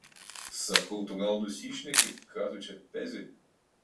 sakau tu gal nusišneki ką tu čia pezi